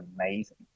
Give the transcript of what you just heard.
amazing